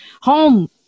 home